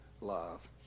love